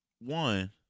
One